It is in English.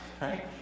right